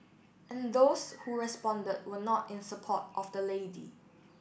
and those who responded were not in support of the lady